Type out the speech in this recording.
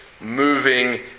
moving